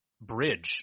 bridge